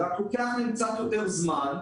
זה רק לוקח להם קצת יותר זמן.